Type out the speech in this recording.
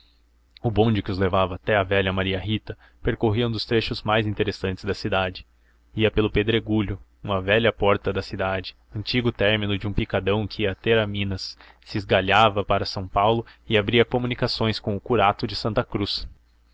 o bonde que os levava até à velha maria rita percorria um dos trechos mais interessantes da cidade ia pelo pedregulho uma velha porta da cidade antigo término de um picadão que ia ter a minas se esgalhava para são paulo e abria comunicações com o curato de santa cruz